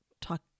talk